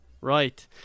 Right